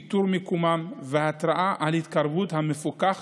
איתור מיקומם והתרעה על התקרבות המפוקח